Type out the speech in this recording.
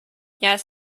yes